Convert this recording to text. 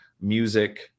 music